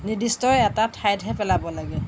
নিৰ্দিষ্ট এটা ঠাইতহে পেলাব লাগে